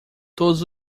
todos